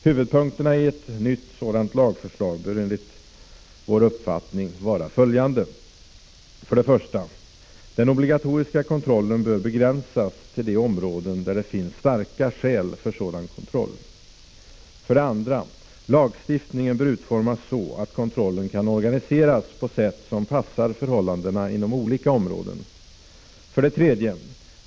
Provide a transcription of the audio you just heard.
Huvudpunkterna i ett nytt sådant lagförslag bör enligt vår uppfattning vara följande: 1. Den obligatoriska kontrollen bör begränsas till de områden där det finns starka skäl för sådan kontroll. 2. Lagstiftningen bör utformas så att kontrollen kan organiseras på sätt som passar förhållandena inom olika områden. 3.